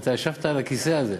אתה ישבת על הכיסא הזה.